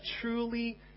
truly